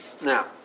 Now